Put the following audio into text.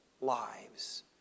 lives